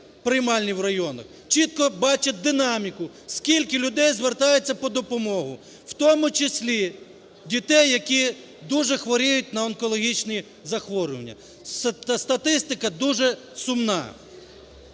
приймальні в районах, чітко бачать динаміку, скільки людей звертаються по допомогу. В тому числі дітей, які дуже хворіють на онкологічні захворювання. Статистика дуже сумна.